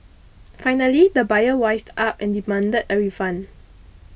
finally the buyer wised up and demanded a refund